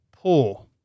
pull